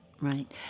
right